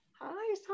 Hi